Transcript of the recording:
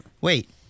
Wait